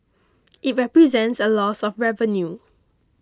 it represents a loss of revenue